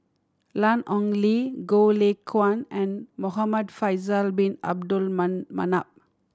Lan Ong Li Goh Lay Kuan and Muhamad Faisal Bin Abdul Manap